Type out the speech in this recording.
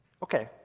Okay